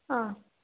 ಹಾಂ